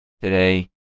today